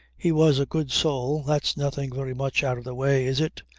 he was a good soul. that's nothing very much out of the way is it?